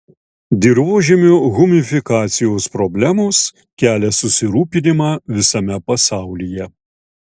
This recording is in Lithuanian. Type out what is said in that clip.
dirvožemio humifikacijos problemos kelia susirūpinimą visame pasaulyje